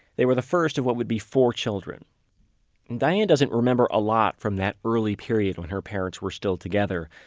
they were the first of what would be four children diane doesn't remember a lot from that early period when her parents were still together.